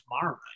tomorrow